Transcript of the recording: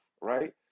right